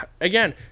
again